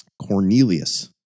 Cornelius